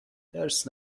حرص